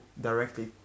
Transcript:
directly